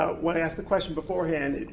when i asked the question beforehand,